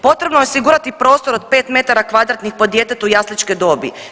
Potrebno je osigurati prostor od pet metara kvadratnih po djetetu jasličke dobi.